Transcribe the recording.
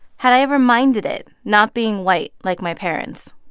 had i ever minded it, not being white like my parents?